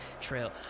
Trail